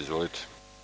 Izvolite.